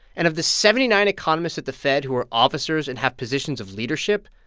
and of the seventy nine economists at the fed who are officers and have positions of leadership,